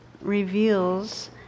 reveals